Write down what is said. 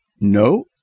no